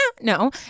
No